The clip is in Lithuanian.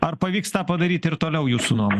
ar pavyks tą padaryti ir toliau jūsų nuomone